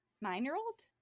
nine-year-old